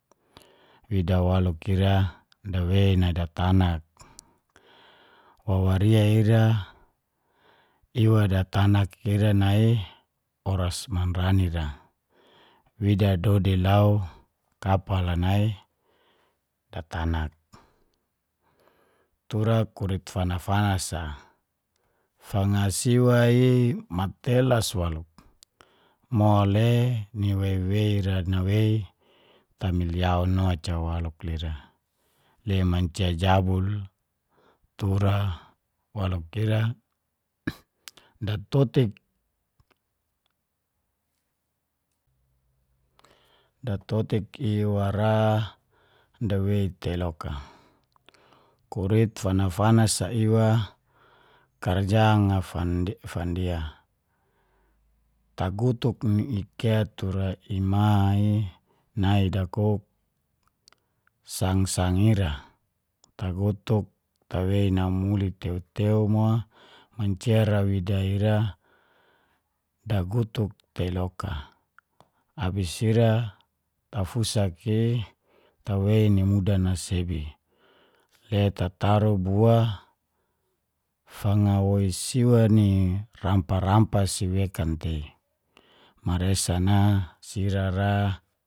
Wida waluk ira, dawei nai datanak wawaria ira iwa datanak ira nai oras manrani ra. Wida dodi lau kapal a nai datanak. Tura kurit fanas-fanas a, fanga siwa i matelas waluk mole niwewei nawei tamilyaun oca waluk lira. Le mancia jabul tura waluk ira datotik iwara dawei tei loka. Kurit fanas- fanas iwa, karjang a fandia tagutuk ni ikea tura ima i nai dakuk sang-sang ira. Tagutuk tawei namuli tew-tew mo mancia ra wida ira dagutuk tei loka abis ira tafusak i tawei ni mudan a sebi, le tataru bua fanga woi siwa ni rampa-rampa si wekan tei, maresan a, sira ra